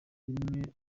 rimwe